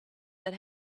that